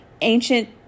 ancient